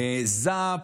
זאפ,